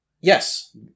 Yes